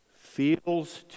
feels